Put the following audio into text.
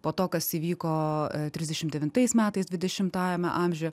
po to kas įvyko trisdešimt devintais metais dvidešimtajame amžiuje